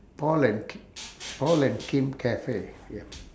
paul and k~ paul and kim cafe ya